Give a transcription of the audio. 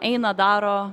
eina daro